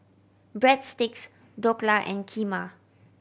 Breadsticks Dhokla and Kheema